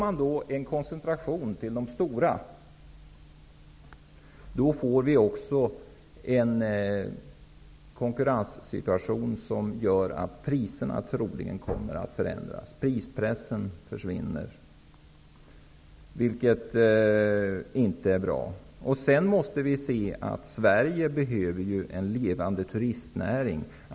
Om det blir en koncentration till de stora, får vi en konkurrenssituation som gör att priserna troligen kommer att förändras. Prispressen försvinner, vilket inte är bra. Vi måste också se att Sverige behöver en levande turistnäring.